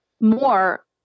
more